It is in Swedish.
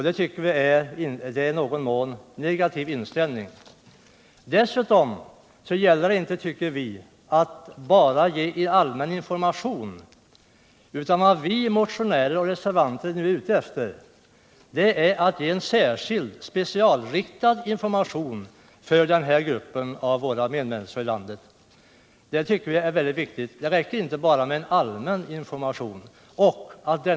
Det tycker vi är en i någon mån negativ inställning. Dessutom gäller det inte, tycker vi, bara en allmän information. Vad vi motionärer och reservanter är ute efter är att man skall ge särskild och specialinriktad information för denna grupp av våra medmänniskor här i landet. Det är väldigt viktigt. Det räcker inte med bara en allmän information.